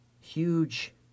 huge